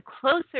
closer